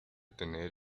tener